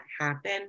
happen